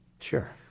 Sure